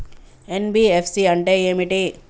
NBFC అంటే ఏమిటి?